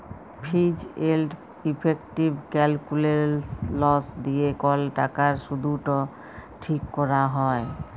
ফিজ এলড effective calculations দিয়ে কল টাকার শুধট ঠিক ক্যরা হ্যয়